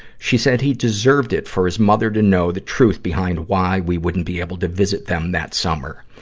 she said he deserved it for his mother to know the truth behind why we wouldn't be able to visit them that summer.